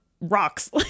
rocks